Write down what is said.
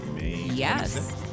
yes